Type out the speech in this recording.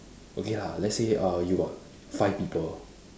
okay lah let's say uh you got five people